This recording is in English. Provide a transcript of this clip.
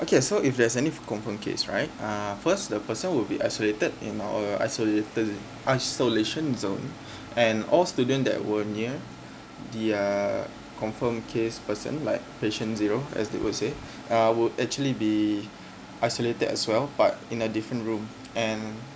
okay so if there's any confirm case right uh first the person would be isolated in our isolated isolation zone and all student that were near the uh confirm case person like patient zero like they would say uh would actually be isolated as well but in a different room and